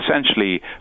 essentially